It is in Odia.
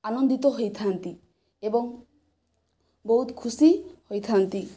ଆନନ୍ଦିତ ହୋଇଥାନ୍ତି ଏବଂ ବହୁତ ଖୁସି ହୋଇଥାନ୍ତି